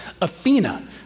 Athena